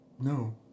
no